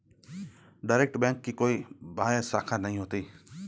direct bank की कोई बाह्य शाखा नहीं होती